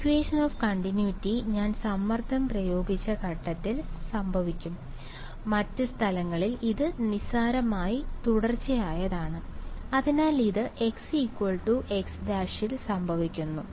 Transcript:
equation of continuity ഞാൻ സമ്മർദ്ദം പ്രയോഗിച്ച ഘട്ടത്തിൽ സംഭവിക്കും മറ്റ് സ്ഥലങ്ങളിൽ ഇത് നിസ്സാരമായി തുടർച്ചയായതാണ് അതിനാൽ ഇത് xx' ൽ സംഭവിക്കുന്നു